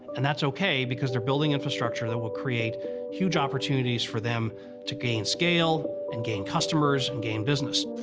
and that's okay because they're building infrastructure that will create huge opportunities for them to gain scale and gain customers and gain business.